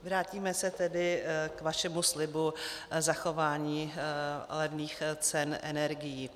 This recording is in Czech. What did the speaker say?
Vrátíme se tedy k vašemu slibu zachování levných cen energií.